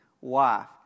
wife